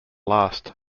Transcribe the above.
last